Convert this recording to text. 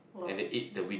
and to eat the wind